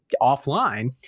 offline